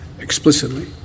explicitly